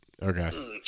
okay